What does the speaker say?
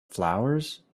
flowers